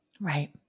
Right